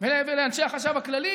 ולאנשי החשב הכללי